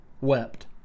wept